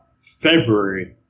February